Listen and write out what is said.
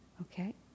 Okay